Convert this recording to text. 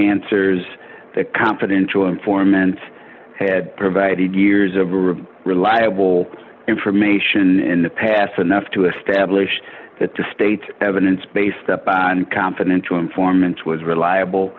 answers the confidential informant had provided years of reliable information in the past enough to establish that the state's evidence based on confidential informants was reliable